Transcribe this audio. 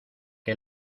que